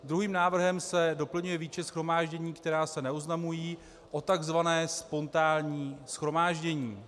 Druhým návrhem se doplňuje výčet shromáždění, která se neoznamují, o takzvané spontánní shromáždění.